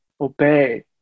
obey